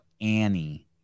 annie